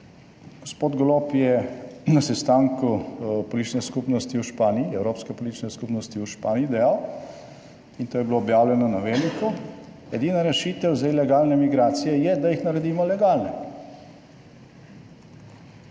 skupnosti v Španiji, evropske politične skupnosti v Španiji dejal, in to je bilo objavljano na veliko: edina rešitev za ilegalne migracije je, da jih naredimo legalne.